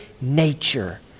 nature